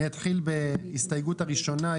אני אתחיל בהסתייגות הראשונה,